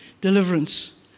deliverance